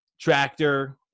Tractor